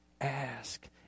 ask